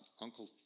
Uncle